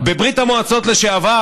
בברית המועצות לשעבר,